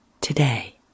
today